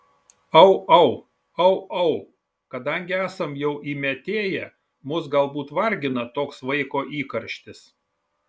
au au au au kadangi esam jau įmetėję mus galbūt vargina toks vaiko įkarštis